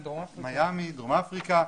מיאמי, דרום אפריקה.